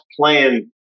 playing